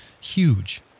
huge